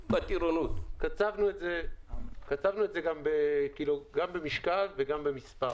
קצבנו את זה גם במשקל וגם במספר,